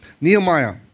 Nehemiah